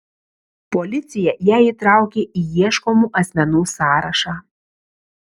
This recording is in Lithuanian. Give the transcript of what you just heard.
policija ją įtraukė į ieškomų asmenų sąrašą